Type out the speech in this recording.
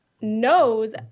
knows